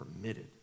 permitted